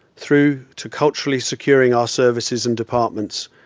through to culturally securing our services and departments,